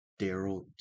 Daryl